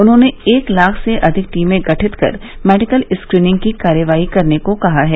उन्होंने एक लाख से अधिक टीमें गठित कर मेडिकल स्क्रीनिंग की कार्रवाई करने को कहा है